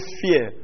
fear